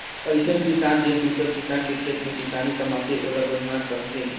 अइसन किसान जेन दूसर किसान के खेत में किसानी कमाथे ओला बनिहार केहथे